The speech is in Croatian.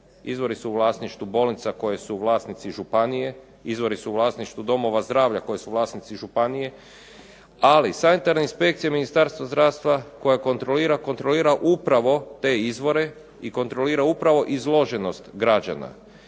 Izvori su u vlasništvu bolnica koje su vlasnici županije. Izvori su u vlasništvu domova zdravlja koje su vlasnici županije, ali sanitarne inspekcije Ministarstva zdravstva koje kontrolira, kontrolira upravo te izvore i kontrolira upravo izloženost građana.